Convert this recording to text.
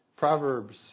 Proverbs